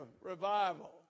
revival